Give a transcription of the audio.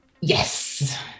Yes